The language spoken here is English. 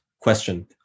question